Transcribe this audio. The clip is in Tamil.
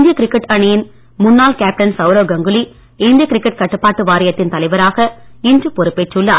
இந்திய கிரிக்கெட் அணியின் முன்னாள் கேப்டன் சவுரவ் கங்குலி இந்திய கிரிக்கெட் கட்டுப்பாட்டு வாரியத்தின் தலைவராக இன்று பொறுப்பேற்றுள்ளார்